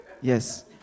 Yes